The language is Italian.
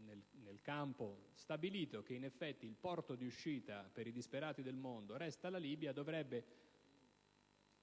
nel campo stabilito che in effetti il porto di uscita per i disperati del mondo resta la Libia dovrebbe,